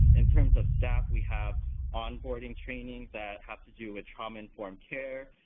in terms of staff, we have onboarding trainings that have to do with trauma-informed care,